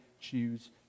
choose